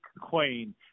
Queen